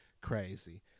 Crazy